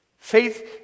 Faith